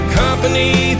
company